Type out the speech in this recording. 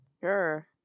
Sure